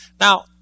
Now